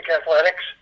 athletics